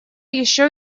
еще